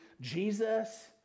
Jesus